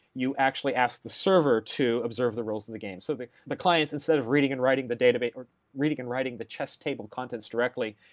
you actually ask the server to observe the rules the the games. so the the clients, instead of reading and writing the database, or reading and writing the chess table contents directly,